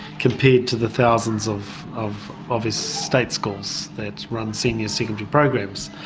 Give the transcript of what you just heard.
compared to the thousands of of obvious state schools that run senior secondary programs.